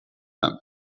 some